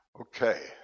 okay